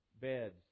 beds